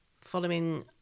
following